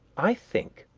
i think